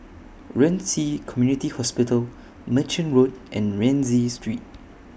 Ren Ci Community Hospital Merchant Road and Rienzi Street